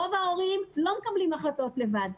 רוב ההורים לא מקבלים החלטות לבד,